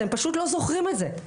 אתם פשוט לא זוכרים את זה.